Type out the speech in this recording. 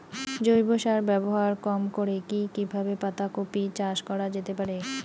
জৈব সার ব্যবহার কম করে কি কিভাবে পাতা কপি চাষ করা যেতে পারে?